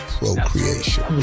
procreation